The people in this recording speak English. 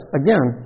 again